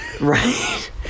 Right